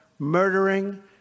Murdering